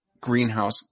greenhouse